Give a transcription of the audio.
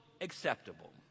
acceptable